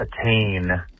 attain